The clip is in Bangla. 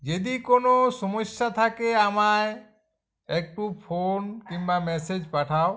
যেদি কোনো সমস্যা থাকে আমায় একটু ফোন কিম্বা ম্যাসেজ পাঠাও